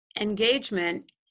engagement